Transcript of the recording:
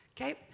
okay